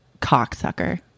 cocksucker